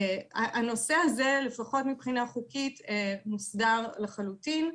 הנושא הזה, לפחות מבחינה חוקית, מוסדר לחלוטין.